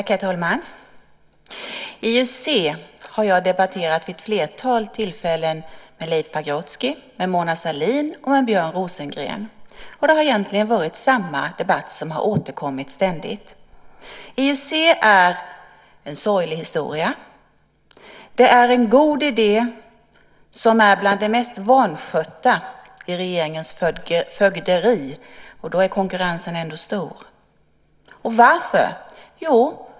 Herr talman! IUC har jag debatterat vid ett flertal tillfällen med Leif Pagrotsky, Mona Sahlin och Björn Rosengren. Det har egentligen varit samma debatt som har återkommit ständigt. IUC är en sorglig historia. Det är en god idé som är något av det mest vanskötta i regeringens fögderi. Och då är konkurrensen ändå stor. Och varför?